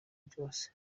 byose